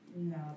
No